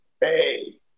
hey